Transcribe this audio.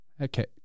Okay